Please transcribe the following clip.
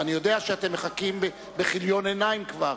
ואני יודע שאתם מחכים בכיליון עיניים, כבר.